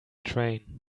train